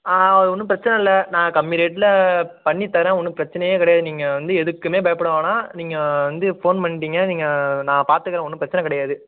ஆ அது ஒன்றும் பிரச்சனை இல்லை நான் கம்மி ரேட்டில் பண்ணித் தரேன் ஒன்றும் பிரச்சனை கிடையாது நீங்கள் வந்து எதுக்கும் பயப்படவேணாம் நீங்கள் வந்து ஃபோன் பண்ணிட்டீங்க நீங்கள் நான் பாத்துக்கிறேன் ஒன்றும் பிரச்சனை கிடையாது